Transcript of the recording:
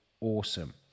awesome